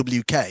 WK